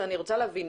אני רוצה להבין.